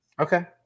Okay